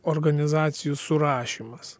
organizacijų surašymas